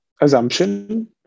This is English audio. assumption